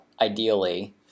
ideally